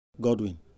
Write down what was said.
Godwin